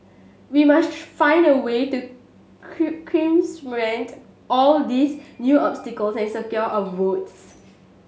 we must find a way to all these new obstacles and secure our votes